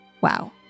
wow